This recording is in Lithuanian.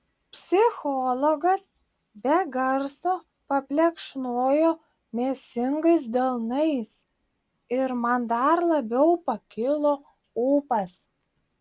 psichologas be garso paplekšnojo mėsingais delnais ir man dar labiau pakilo ūpas